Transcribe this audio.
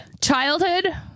childhood